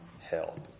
help